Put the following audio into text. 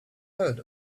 heard